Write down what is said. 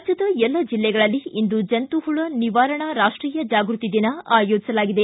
ರಾಜ್ಯದ ಎಲ್ಲ ಜಿಲ್ಲೆಗಳಲ್ಲಿ ಇಂದು ಜಂತು ಹುಳ ನಿವಾರಣಾ ರಾಷ್ಟೀಯ ಜಾಗೃತಿ ದಿನ ಆಯೋಜಿಸಲಾಗಿದೆ